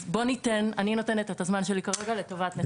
אז אני נותנת את הזמן שלי כרגע לטובת נציגי החולים.